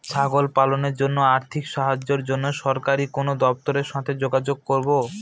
ছাগল পালনের জন্য আর্থিক সাহায্যের জন্য সরকারি কোন দপ্তরের সাথে যোগাযোগ করব?